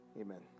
Amen